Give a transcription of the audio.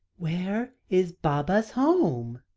where is baba's home?